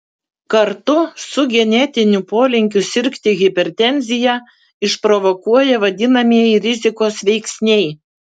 kartu su genetiniu polinkiu sirgti hipertenziją išprovokuoja vadinamieji rizikos veiksniai